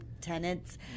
tenants